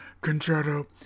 Concerto